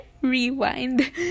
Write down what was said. rewind